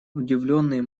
удивленные